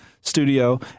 studio